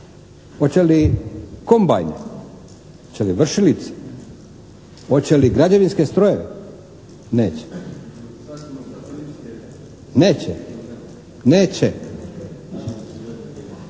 Hoće li kombajn, hoće li vršilice, hoće li građevinske strojeve? Neće, neće. Dakle,